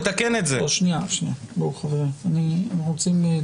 כי באמת אני לא מבין איך אפשר לקיים